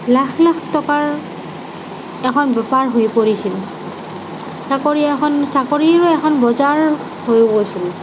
লাখ লাখ টকাৰ এখন বেপাৰ হৈ পৰিছিল চাকৰি এখন চাকৰিৰো এখন বজাৰ হৈ গৈছিল